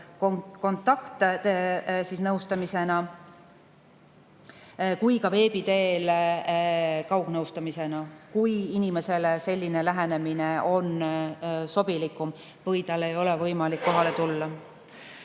kontaktnõustamisena kui ka veebi teel kaugnõustamisena, kui inimesele selline lähenemine on sobilikum või tal ei ole võimalik kohale tulla.